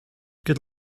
good